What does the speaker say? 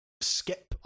skip